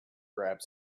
grabbed